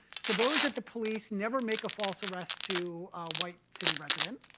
suppose that the police never make a false arrest to a white city resident,